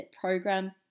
program